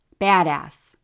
badass